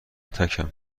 تکم